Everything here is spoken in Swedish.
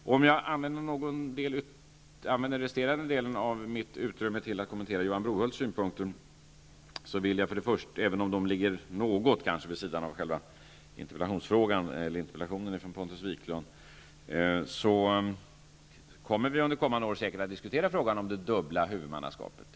Om jag så använder den resterande delen av mitt utrymme till att kommentera Johan Brohults synpunkter, även om de ligger något vid sidan av interpellationen, vill jag säga att vi under kommande år säkert kommer att diskutera frågan om det dubbla huvudmannaskapet.